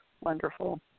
Wonderful